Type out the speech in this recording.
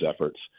efforts